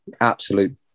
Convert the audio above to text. absolute